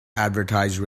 advertise